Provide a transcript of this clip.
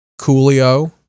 Coolio